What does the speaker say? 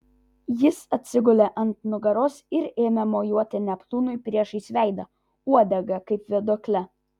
jis atsigulė ant nugaros ir ėmė mojuoti neptūnui priešais veidą uodega kaip vėduokle